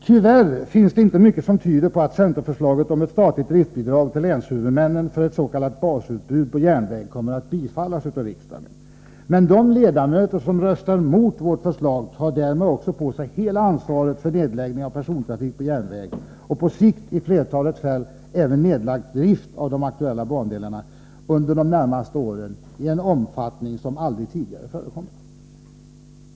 Tyvärr finns det inte mycket som tyder på att centerförslaget om ett statligt driftsbidrag till länshuvudmännen för ett s.k. basutbud på järnväg kommer att bifallas av riksdagen. Men de ledamöter som röstar mot vårt förslag tar därmed också på sig hela ansvaret för nedläggning av persontrafik på järnväg — och på sikt i flertalet fall även nedlagd drift av de aktuella bandelarna — under de närmaste åren i en omfattning som aldrig tidigare förekommit.